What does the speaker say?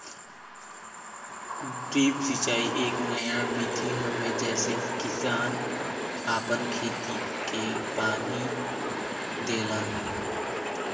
drip सिंचाई एक नया विधि हवे जेसे किसान आपन खेत के पानी देलन